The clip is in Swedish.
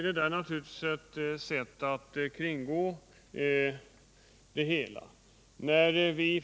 Det är naturligtvis ett sätt att kringgå problematiken.